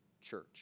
church